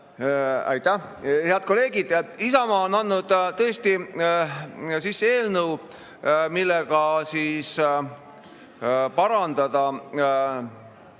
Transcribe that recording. Aitäh! Head kolleegid! Isamaa on andnud tõesti sisse eelnõu, millega parandada